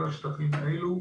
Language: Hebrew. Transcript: כל השקפים האלה,